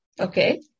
okay